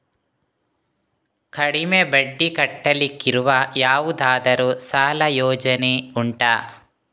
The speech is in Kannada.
ಕಡಿಮೆ ಬಡ್ಡಿ ಕಟ್ಟಲಿಕ್ಕಿರುವ ಯಾವುದಾದರೂ ಸಾಲ ಯೋಜನೆ ಉಂಟಾ